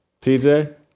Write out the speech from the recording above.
tj